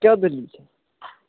کیٛاہ دٔلیٖل چھےٚ